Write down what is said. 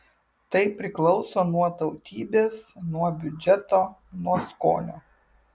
tai priklauso nuo tautybės nuo biudžeto nuo skonio